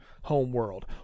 Homeworld